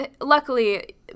luckily